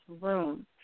Room